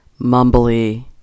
mumbly